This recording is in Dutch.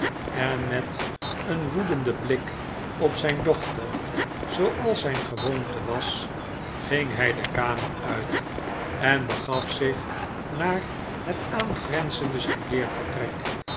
en met een woedenden blik op zijn dochter zooals zijn gewoonte was ging hij de kamer uit en begaf zich naar het